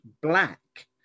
black